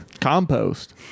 Compost